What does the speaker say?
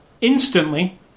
instantly